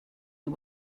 you